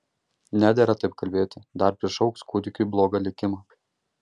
nedera taip kalbėti dar prišauks kūdikiui blogą likimą